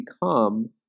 become